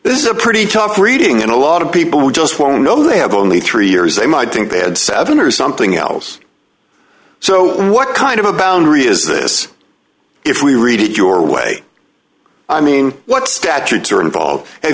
this is a pretty tough reading and a lot of people who just won't know they have only three years they might think they had seven or something else so what kind of a boundary is this if we read it your way i mean what statutes are involved